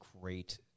great